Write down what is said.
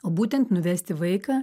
o būtent nuvesti vaiką